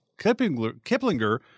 Kiplinger